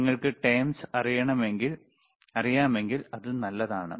നിങ്ങൾക്ക് terms അറിയാമെങ്കിൽ അത് നല്ലതാണ്